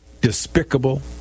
Despicable